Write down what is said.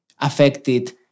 affected